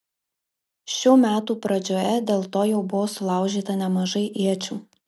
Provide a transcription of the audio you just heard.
šių metų pradžioje dėl to jau buvo sulaužyta nemažai iečių